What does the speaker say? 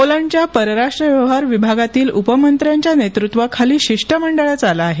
पोलंडच्या परराष्ट्र व्यवहार विभागातील उपमंत्र्याच्या नेतृत्वाखाली शिष्टमंडळच आलं आहे